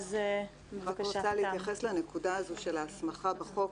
רק רוצה להתייחס לנקודה הזו של ההסמכה בחוק,